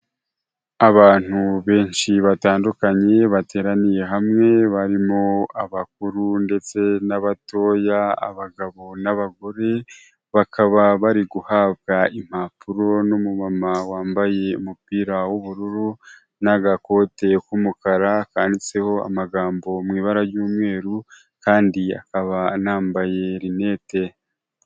Abantu benshi batandukanye bateraniye hamwe barimo abakuru ndetse n'abatoya, abagabo, n'abagore, bakaba bari guhabwa impapuro n'umumama wambaye umupira w'ubururu, n'agakote k'umukara kanditseho amagambo mu ibara ry'umweru, kandi akaba anambaye rinete.